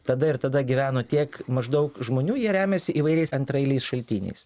tada ir tada gyveno kiek maždaug žmonių jie remiasi įvairiais antraeiliais šaltiniais